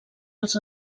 els